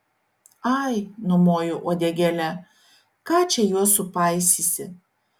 ai numoju uodegėle ką čia juos supaisysi